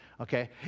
Okay